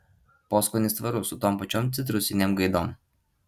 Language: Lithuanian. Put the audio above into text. poskonis tvarus su tom pačiom citrusinėm gaidom